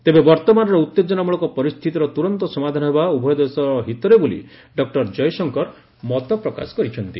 ତେବେ ବର୍ଭମାନର ଉଭେଜନାମୂଳକ ପରିସ୍ଥିତିର ତୁରନ୍ତ ସମାଧାନ ହେବା ଉଭୟ ଦେଶର ହିତରେ ବୋଲି ଡକ୍ଟର ଜୟଶଙ୍କର ମତପ୍ରକାଶ କରିଛନ୍ତି